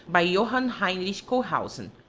by johan heinrich cohausen,